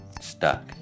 stuck